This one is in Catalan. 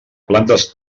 plantes